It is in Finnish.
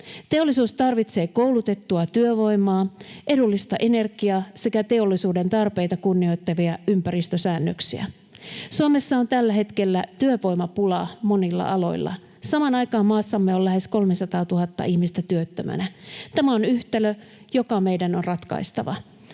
Teollisuus tarvitsee koulutettua työvoimaa, edullista energiaa sekä teollisuuden tarpeita kunnioittavia ympäristösäännöksiä. Suomessa on tällä hetkellä työvoimapula monilla aloilla. Samaan aikaan maassamme on lähes 300 000 ihmistä työttömänä. Tämä on yhtälö, joka meidän on ratkaistava.